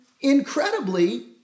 incredibly